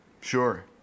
Sure